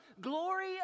glory